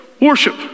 worship